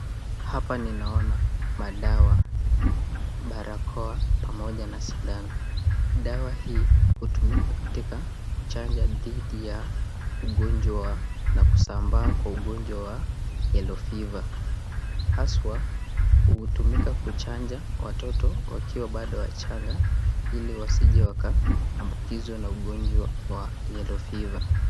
Hapa ninaona madawa, barakoa pamoja na sindano. Dawa hii hutumika katika kuchanja dhidi ya ugonjwa na kusambaa kwa ugonjwa kwa yellow fever . Haswa, hutumika kuchanja watoto wakiwa bado wachanga ili wasije wakaambukizwa na ugonjwa wa yellow fever .